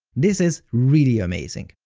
this is really amazing.